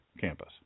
campus